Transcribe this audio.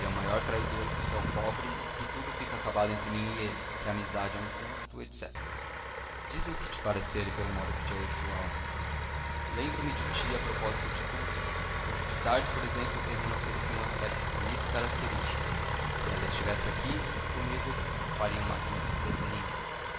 o maior traidor que o céu cobre que tudo fica acabado entre mim e ele que a amizade é um culto etc dize o que te parecer e pelo modo que te é usual lembro-me de ti a propósito de tudo hoje de tarde por exemplo o terreiro oferecia um aspecto bonito e característico se ela estivesse aqui disse comigo faria um magnífico desenho